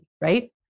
right